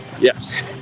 Yes